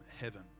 heaven